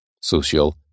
social